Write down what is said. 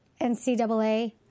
NCAA